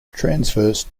transverse